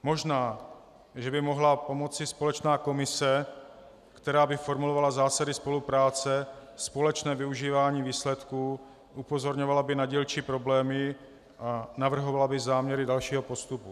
Možná že by mohla pomoci společná komise, která by formulovala zásady spolupráce, společné využívání výsledků, upozorňovala by na dílčí problémy a navrhovala by záměry dalšího postupu.